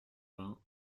vingts